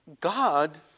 God